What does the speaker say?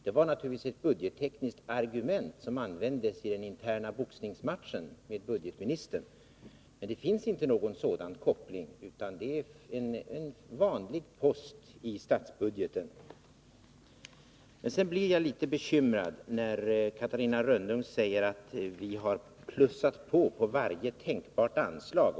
Det var naturligtvis ett budgettekniskt argument som användes i den interna boxningsmatchen med budgetministern, men det finns inte någon sådan koppling — det är en vanlig post i statsbudgeten. Sedan blir jag litet bekymrad när Catarina Rönnung säger att vi har ”plussat på” varje tänkbart anslag.